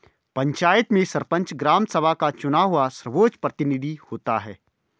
पंचायत में सरपंच, ग्राम सभा का चुना हुआ सर्वोच्च प्रतिनिधि होता है